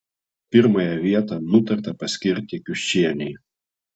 pirmąją vietą nutarta paskirti kiušienei